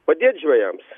padėt žvejams